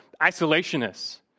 isolationists